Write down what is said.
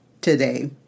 today